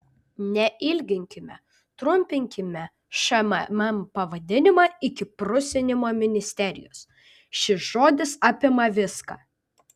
neilginkime trumpinkime šmm pavadinimą iki prusinimo ministerijos šis žodis apima viską